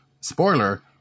Spoiler